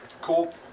Cool